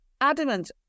adamant